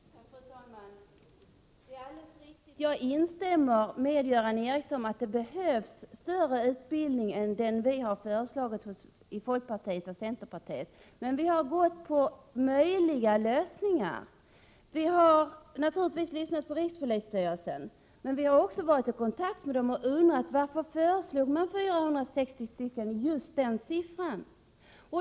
Fru talman! Jag instämmer i vad Göran Ericsson säger om att det behöver utbildas fler än vad vi i centern och folkpartiet har föreslagit. Men vi har gjort vad som är möjligt. Vi har naturligtvis lyssnat på rikspolisstyrelsen. Men vi har också frågat rikspolisstyrelsen varför man föreslog just 460 platser.